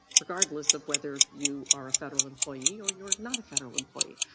regardless of whether you are a federal employee or you are not a federal employee.